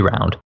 round